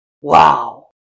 Wow